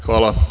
Hvala.